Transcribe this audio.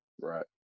Right